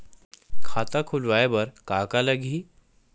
खाता खुलवाय बर का का लगही?